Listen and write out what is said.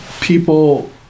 people